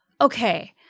okay